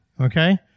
okay